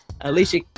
Alicia